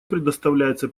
предоставляется